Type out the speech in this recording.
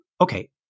okay